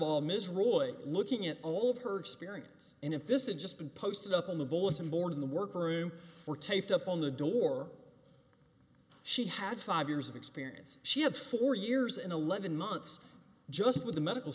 all ms roy looking at all of her experience and if this had just been posted up on the bulletin board in the worker room or taped up on the door she had five years of experience she had four years in eleven months just with a medical